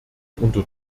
unter